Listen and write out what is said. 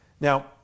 Now